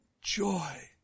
joy